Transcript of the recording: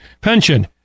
pension